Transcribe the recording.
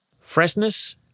Freshness